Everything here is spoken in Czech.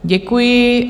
Děkuji.